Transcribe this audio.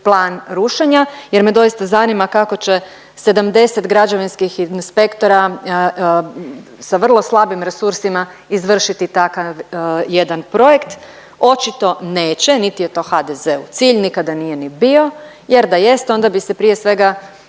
plan rušenja jer me doista zanima kako će 70 građevinskih inspektora sa vrlo slabim resursima izvršiti takav jedan projekt. Očito neće niti je to HDZ-u cilj, nikada nije ni bio jer da jest onda bi se prije svega